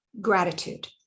gratitude